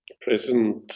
present